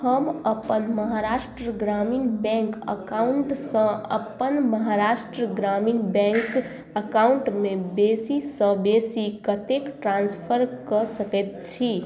हम अपन महाराष्ट्र ग्रामीण बैंक अकाउंटसँ अपन महाराष्ट्र ग्रामीण बैंक अकाउंटमे बेसीसँ बेसी कतेक ट्रांस्फर कऽ सकैत छी